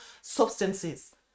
substances